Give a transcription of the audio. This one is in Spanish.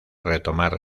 retomar